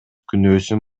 күнөөсүн